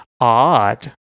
odd